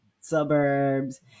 suburbs